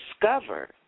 discover